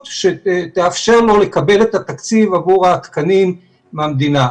שתאפשר לו לקבל את התקציב עבור התקנים מהמדינה.